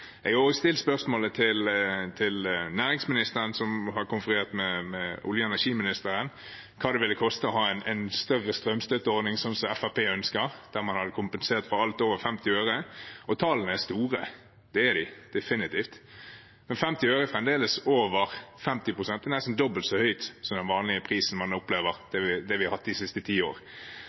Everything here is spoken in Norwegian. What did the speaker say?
Jeg har også stilt spørsmål til næringsministeren, som har konferert med olje- og energiministeren, om hva det ville koste å ha en større strømstøtteordning slik som Fremskrittspartiet ønsker, der man hadde kompensert for alt over 50 øre. Tallene er store, det er de definitivt, men 50 øre er fremdeles nesten dobbelt så mye som den vanlige prisen man har opplevd å ha de siste ti år. I tillegg kommer det siste spørsmålet jeg har